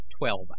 twelve